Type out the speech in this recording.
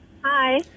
Hi